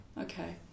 Okay